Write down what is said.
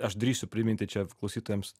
aš drįsiu priminti čia klausytojams